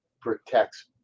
protects